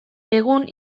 egun